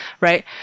right